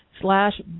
slash